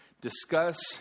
discuss